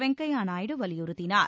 வெங்கையா நாயுடு வலியுறுத்தினார்